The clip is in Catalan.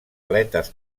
aletes